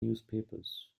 newspapers